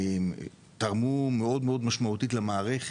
תרמו מאוד מאוד משמעותית למערכת.